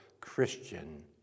Christian